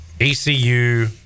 ECU